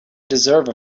deserve